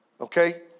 okay